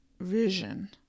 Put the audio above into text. vision